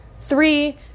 Three